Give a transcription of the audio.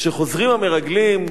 כשחוזרים המרגלים,